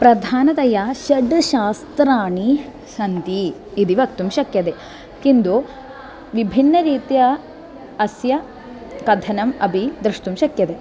प्रधानतया षड् शास्त्राणि सन्ति इति वक्तुं शक्यते किन्तु विभिन्नरीत्या अस्य कथनम् अपि द्रष्टुं शक्यते